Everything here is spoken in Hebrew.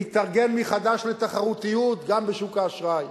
להתארגן מחדש לתחרותיות גם בשוק האשראי.